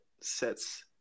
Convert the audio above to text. sets